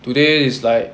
today is like